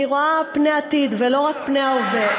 אני רואה פני עתיד ולא רק פני ההווה.